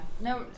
No